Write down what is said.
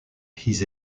his